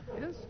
Yes